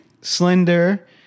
slender